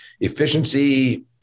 efficiency